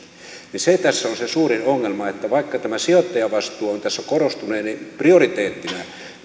se tässä on se suurin ongelma että vaikka tämä sijoittajavastuu on tässä korostuneena prioriteettina